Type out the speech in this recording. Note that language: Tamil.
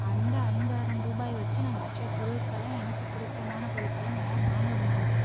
அந்த ஐந்தாயிரம் ரூபாயை வச்சு நான் மற்ற பொருட்களை எனக்கு பிடித்தமான பொருட்களையும் என்னால் வாங்க முடிஞ்சுச்சு